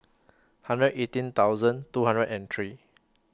hundred eighteen thousand two hundred and three